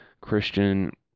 christian